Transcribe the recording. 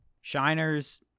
shiners